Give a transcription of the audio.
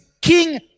king